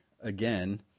again